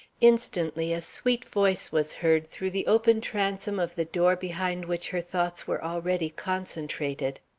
instantly a sweet voice was heard through the open transom of the door behind which her thoughts were already concentrated.